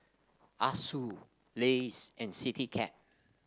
Asus Lays and Citycab